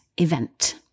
event